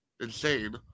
insane